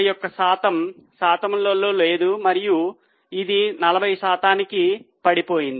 51 శాతం శాతంలో లేదు మరియు ఇది 40 శాతానికి పడిపోయింది